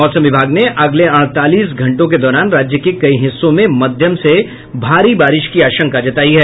मौसम विभाग ने अगले अड़तालीस घंटे के दौरान राज्य के कई हिस्सों में मध्यम से भारी बारिश की आशंका जतायी है